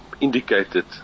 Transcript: indicated